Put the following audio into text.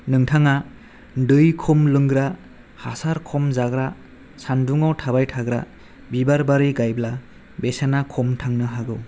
नोंथाङा दै खम लोंग्रा हासार खम जाग्रा सानदुंयाव थाबाय थाग्रा बिबार बारि गायब्ला बेसेना खम थांनो हागौ